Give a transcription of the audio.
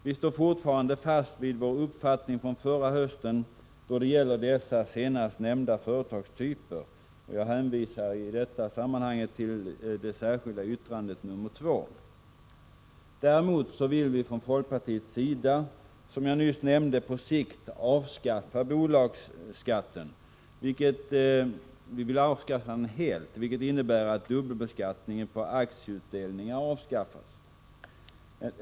Vi står fortfarande fast vid vår uppfattning från förra hösten då det gäller de senast nämnda företagstyperna. Jag hänvisar i detta sammanhang till det särskilda yttrandet nr 2. Däremot vill vi från folkpartiets sida, som jag nyss nämnde, på sikt avskaffa bolagsskatten helt, vilket innebär att dubbelbeskattningen på aktieutdelningar avskaffas.